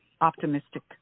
optimistic